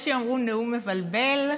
יש שיאמרו נאום מבלבל,